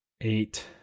eight